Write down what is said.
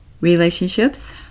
relationships